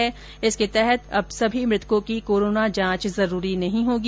नए निर्देश के तहत अब सभी मृतको की कोरोना जांच जरूरी नहीं होगी